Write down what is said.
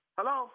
Hello